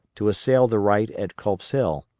to assail the right at culp's hill,